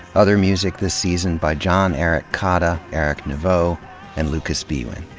other music this season by john erik kaada, eric neveux, and lucas biewen.